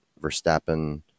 Verstappen